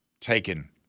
taken